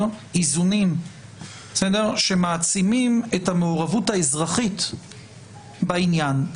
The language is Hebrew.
איזונים שמעצימים את המעורבות האזרחית בעניין.